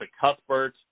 Cuthbert